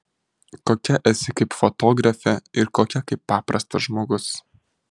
kokia esi kaip fotografė ir kokia kaip paprastas žmogus